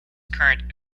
current